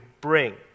bring